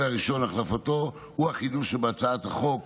הראשון להחלפתו הוא החידוש שבהצעת החוק,